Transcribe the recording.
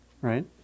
Right